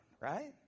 right